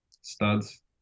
studs